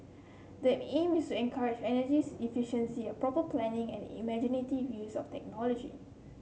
the aim is to encourage energies efficiency proper planning and imaginative use of technology